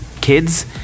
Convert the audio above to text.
Kids